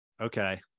Okay